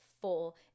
full